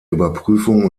überprüfung